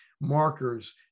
markers